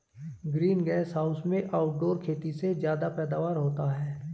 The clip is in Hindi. ग्रीन गैस हाउस में आउटडोर खेती से ज्यादा पैदावार होता है